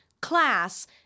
class